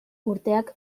urteak